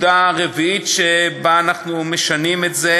נקודה רביעית שבה אנחנו משנים את החוק